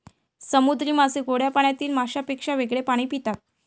समुद्री मासे गोड्या पाण्यातील माशांपेक्षा वेगळे पाणी पितात